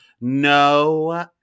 no